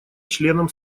членам